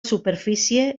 superfície